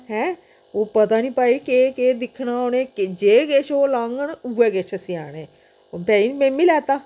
हैं ओह् पता नी भाई केह् केह् दिक्खना उ'नें जे किश ओह् लाङन उ'यै किश सेआने ओह् भाई मिम्मी लैता